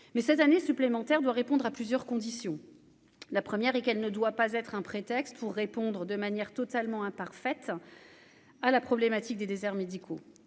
mais cette année supplémentaire doit répondre à plusieurs conditions : la première, et qu'elle ne doit pas être un prétexte pour répondre de manière totalement imparfaite à la problématique des déserts médicaux,